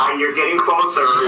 um you're getting closer.